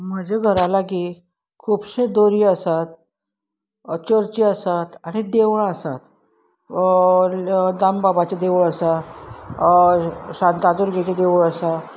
म्हज्या घरा लागीं खुबशे दर्या आसात चर्ची आसात आनी देवळां आसात दामबाबाचें देवूळ आसा शांतादुर्गेचें देवूळ आसा